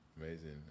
Amazing